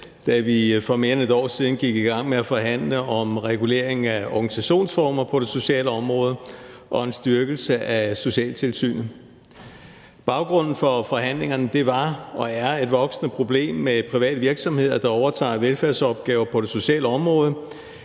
da vi for mere end et år siden gik i gang med at forhandle om reguleringen af organisationsformer på det sociale område og en styrkelse af socialtilsynet. Baggrunden for forhandlingerne var og er et voksende problem med private virksomheder, der overtager velfærdsopgaver på det sociale område,